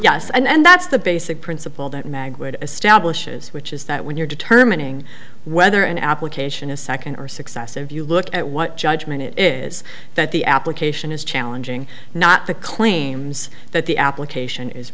s and that's the basic principle that mag would establish is which is that when you're determining whether an application is second or successive you look at what judgement it is that the application is challenging not the claims that the application is